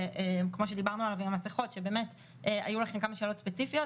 כמו המסכות עליהן היו לכם כמה שאלות ספציפיות